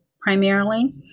primarily